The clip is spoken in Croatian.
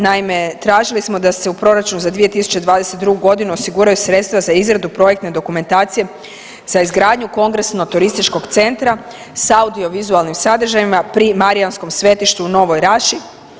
Naime, tražili smo da se u proračun za 2022. godinu osiguraju sredstva za izradu projektne dokumentacije za izgradnju kongresno turističkog centra sa audiovizualnim sadržajima pri Marijanskom svetištu u Novoj Raši.